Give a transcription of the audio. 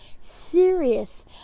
serious